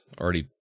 already